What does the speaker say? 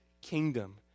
kingdom